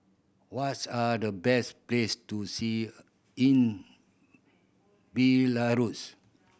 what's are the best place to see in Belarus